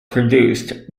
produced